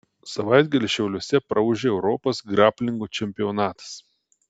savaitgalį šiauliuose praūžė europos graplingo čempionatas